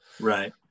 right